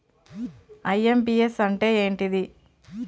IMPS అంటే ఏంటిది?